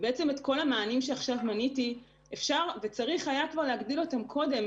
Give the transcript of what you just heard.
את כל המענים שעכשיו מניתי אפשר וצריך היה להגדיל עוד קודם.